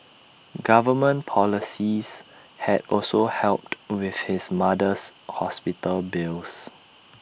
government policies had also helped with his mother's hospital bills